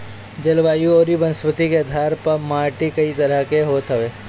जलवायु अउरी वनस्पति के आधार पअ माटी कई तरह के होत हवे